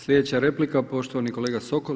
Sljedeća replika poštovani kolega Sokol.